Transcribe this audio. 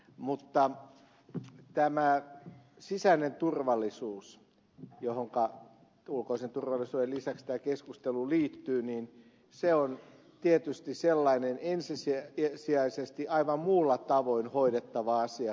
mutta tämä sisäinen turvallisuus johonka ulkoisen turvallisuuden lisäksi tämä keskustelu liittyy on tietysti sellainen ensisijaisesti aivan muulla tavoin kuin erilaisilla biotunnisteilla hoidettava asia